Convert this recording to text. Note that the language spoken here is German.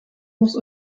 muss